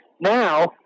now